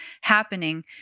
happening